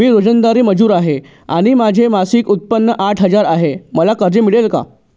मी रोजंदारी मजूर आहे आणि माझे मासिक उत्त्पन्न आठ हजार आहे, मला कर्ज मिळेल का?